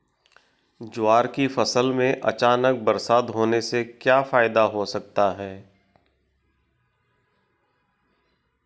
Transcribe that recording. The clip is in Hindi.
ज्वार की फसल में अचानक बरसात होने से क्या फायदा हो सकता है?